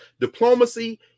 Diplomacy